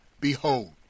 Behold